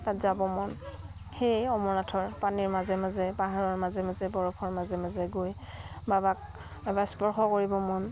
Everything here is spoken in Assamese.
তাত যাব মন সেইয়ে অমৰনাথৰ পানীৰ মাজে মাজে পাহাৰৰ মাজে মাজে বৰফৰ মাজে মাজে গৈ বাবাক এবাৰ স্পৰ্শ কৰিব মন